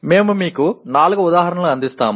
మేము మీకు నాలుగు ఉదాహరణలు అందిస్తాము